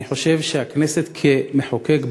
אני חושב שהכנסת כמחוקק,